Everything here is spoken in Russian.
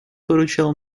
поручил